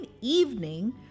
evening